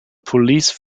police